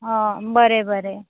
आं बरें बरें